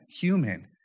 human